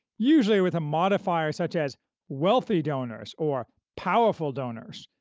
usually with a modifier such as wealthy donors or powerful donors,